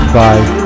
bye